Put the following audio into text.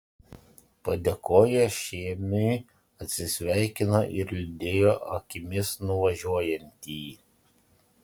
padėkojo šėmiui atsisveikino ir lydėjo akimis nuvažiuojantį